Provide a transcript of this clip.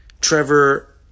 Trevor